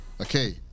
okay